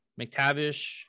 McTavish